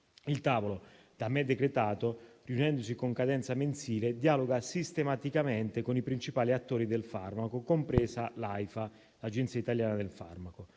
Il tavolo, da me decretato, riunendosi con cadenza mensile, dialoga sistematicamente con i principali attori del farmaco, compresa l'AIFA, l'Agenzia italiana del farmaco.